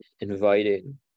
inviting